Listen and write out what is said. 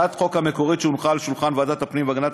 בהצעת החוק המקורית שהונחה על שולחן ועדת הפנים והגנת